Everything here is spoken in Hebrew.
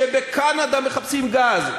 שבקנדה מחפשים גז,